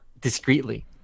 discreetly